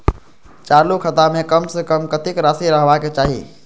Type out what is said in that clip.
चालु खाता में कम से कम कतेक राशि रहबाक चाही?